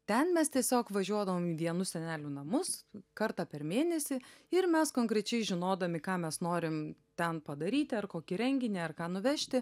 ten mes tiesiog važiuodavom į vienus senelių namus kartą per mėnesį ir mes konkrečiai žinodami ką mes norim ten padaryti ar kokį renginį ar ką nuvežti